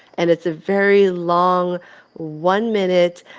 and it's a very long one-minute.